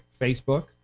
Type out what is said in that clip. Facebook